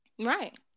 Right